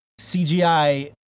CGI